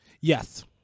Yes